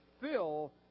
fill